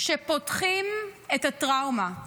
שפותחים את הטראומה,